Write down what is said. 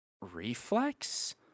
reflex